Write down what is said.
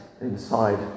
inside